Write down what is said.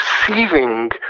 perceiving